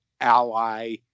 ally